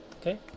okay